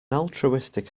altruistic